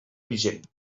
vigent